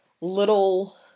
little